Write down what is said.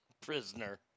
prisoner